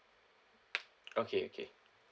okay okay